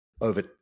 over